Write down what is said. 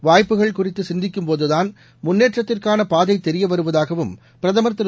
வாய்ப்புகள் குறித்து சிந்திக்கும்போதுதான் முன்னேற்றத்திற்கான பாதை தெரியவருவதாகவும் பிரதமர் திரு